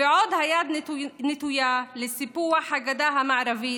ועוד היד נטויה לסיפוח הגדה המערבית,